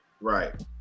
Right